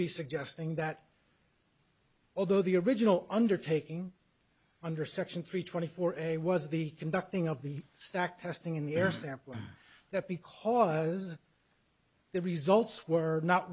be suggesting that although the original undertaking under section three twenty four a was the conducting of the stack testing in the air sample that because the results were not